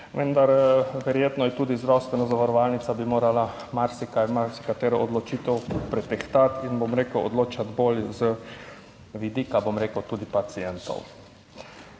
Vendar verjetno tudi zdravstvena zavarovalnica bi morala marsikaj, marsikatero odločitev pretehtati in bom rekel, odločati bolj z vidika, bom rekel, tudi pacientov.